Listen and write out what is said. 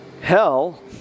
Hell